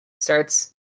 Starts